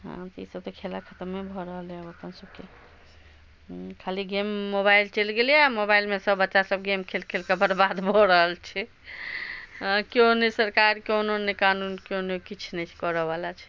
हँ तऽ आब तऽ ई सब खेला खतमे भऽ रहल अइ अपन सबके हम्म खाली गेम मोबाइल चलि गेलैए मोबाइलमे सब बच्चा सब गेम खेल खेल कऽ बर्बाद भऽ रहल छै केओ नहि सरकार कोनो नहि कानून केओ ने किछु ने किछु करऽवला छै